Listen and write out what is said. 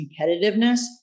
competitiveness